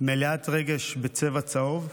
מלאת רגש בצבע צהוב.